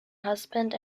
husband